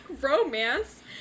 romance